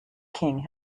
king